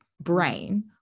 brain